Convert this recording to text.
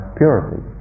purity